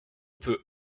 peut